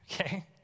Okay